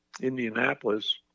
Indianapolis